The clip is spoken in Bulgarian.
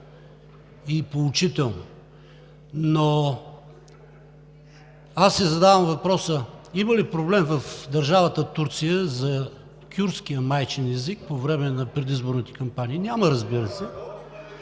и поучително. Но аз си задавам въпроса: има ли проблеми в държавата Турция за кюрдския майчин език по време на предизборните кампании? Няма, разбира се.